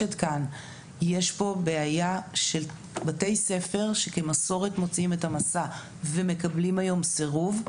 יש כאן בעיה של בתי ספר שכמסורת מוציאים את המסע ומקבלים היום סירוב.